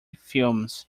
films